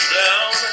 down